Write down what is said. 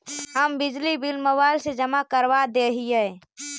हम बिजली bill mobile से जमा करवा देहियै?